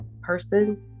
person